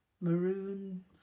maroon